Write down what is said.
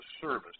service